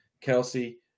Kelsey